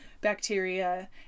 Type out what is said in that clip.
bacteria